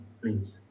please